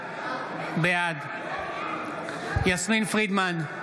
בעד יסמין פרידמן,